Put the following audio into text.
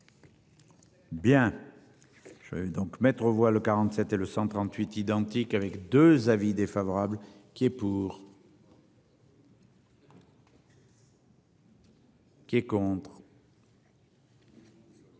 Bien. Je vais donc mettre aux voix le 47 et le 138 identique avec 2 avis défavorable qui est pour. Qui est contre.